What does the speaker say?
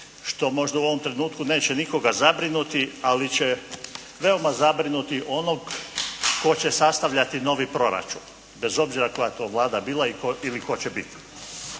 što možda u ovom trenutku neće nikoga zabrinuti ali će veoma zabrinuti onog tko će sastavljati novi proračun bez obzira koja to Vlada bila ili tko će biti.